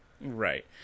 Right